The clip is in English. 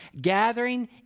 gathering